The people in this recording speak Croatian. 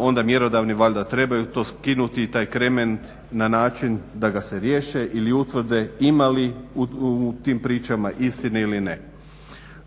onda mjerodavni valjda trebaju to skinuti taj kremen na način da ga se riješe ili utvrde ima li u tim pričama istine ili ne.